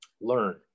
learn